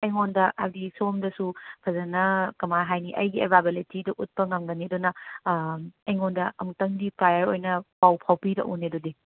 ꯑꯩꯉꯣꯟꯗ ꯍꯥꯏꯕꯗꯤ ꯁꯣꯝꯗꯁꯨ ꯐꯖꯅ ꯀꯃꯥꯏꯅ ꯍꯥꯏꯅꯤ ꯑꯩꯒꯤ ꯑꯕꯥꯏꯕꯤꯂꯤꯇꯤꯗꯨ ꯎꯠꯄ ꯉꯝꯒꯅꯤ ꯑꯗꯨꯅ ꯑꯩꯉꯣꯟꯗ ꯑꯃꯨꯛꯇꯪꯗꯤ ꯄ꯭ꯔꯥꯏꯌꯔ ꯑꯣꯏꯅ ꯄꯥꯎ ꯐꯥꯎꯕꯤꯔꯛꯎꯅꯦ ꯑꯗꯨꯗꯤ